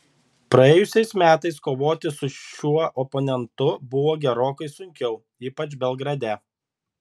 praėjusiais metais kovoti su šiuo oponentu buvo gerokai sunkiau ypač belgrade